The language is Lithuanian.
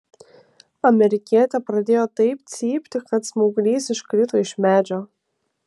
amerikietė pradėjo taip cypti kad smauglys iškrito iš medžio